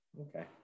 Okay